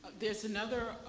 there's another